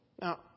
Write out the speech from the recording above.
Now